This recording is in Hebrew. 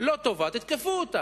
לא טובה, תתקפו אותה.